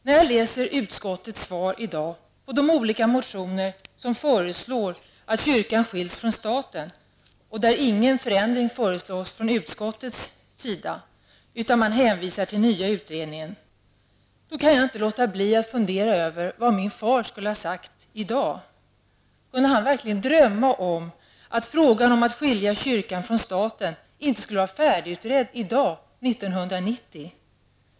När jag läser utskottets svar på de olika motioner som föreslår att kyrkan skiljs från staten, och där ingen förändring föreslås från utskottets sida, utan man hänvisar till nya utredningar, kan jag inte låta bli att fundera över vad min far skulle ha sagt i dag. Kunde han verkligen drömma om frågan om att att skilja kyrkan från staten inte skulle vara färdigutredd i dag, 1990?